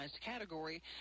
category